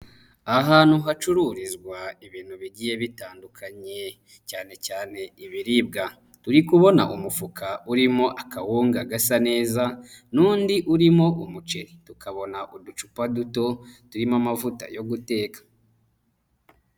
Ahantu hacururizwa ibintu bigiye bitandukanye cyanecyane ibiribwa. Turi kubona umufuka urimo akawunga gasa neza n'undi urimo umuceri. Tukabona uducupa duto turimo amavuta yo guteka.